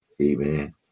Amen